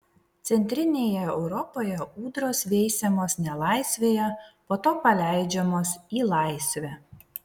centrinėje europoje ūdros veisiamos nelaisvėje po to paleidžiamos į laisvę